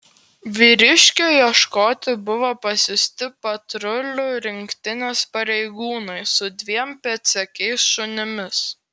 vyriškio ieškoti buvo pasiųsti patrulių rinktinės pareigūnai su dviem pėdsekiais šunimis